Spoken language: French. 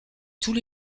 tous